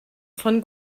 von